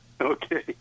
Okay